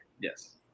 Yes